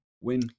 win